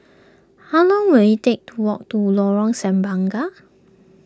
how long will it take to walk to Lorong Semangka